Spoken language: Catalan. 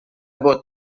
vot